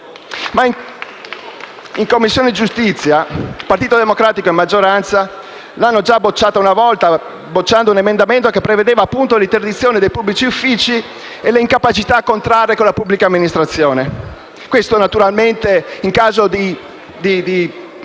In Commissione giustizia Partito Democratico e maggioranza hanno già respinto un emendamento che prevedeva l'interdizione dai pubblici uffici e l'incapacità a contrarre con la pubblica amministrazione. Questo naturalmente in caso di